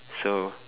so